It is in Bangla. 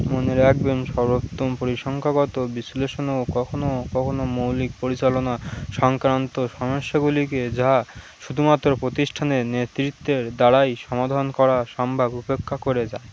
মনে রাখবেন সর্বোত্তম পরিসংখ্যাগত বিশ্লেষণও কখনো কখনো মৌলিক পরিচালনা সংক্রান্ত সমস্যাগুলিকে যা শুধুমাত্র প্রতিষ্ঠানের নেতৃত্বের দ্বারাই সমাধান করা সম্ভব উপেক্ষা করে যায়